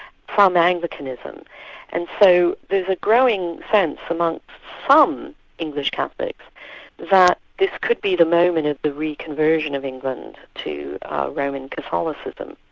from anglicanism and so there's a growing sense amongst some english catholics that this could be the moment of the reconversion of england to roman catholicism.